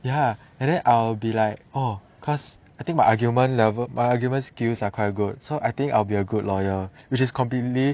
ya and then I'll be like oh cause I think my argument level my arguments skills are quite good so I think I will be a good lawyer which is completely